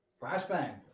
Flashbang